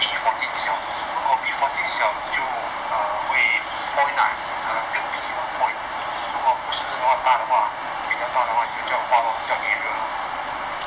比 fourteen 小如果比 fourteen 小你就会 pond ah built pond 如果不是的话大的话比较大的话你就叫造画 lor chuck area lor